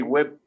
Web